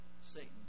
Satan